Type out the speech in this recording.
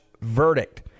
verdict